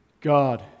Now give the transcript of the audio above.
God